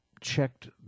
checked